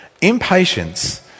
Impatience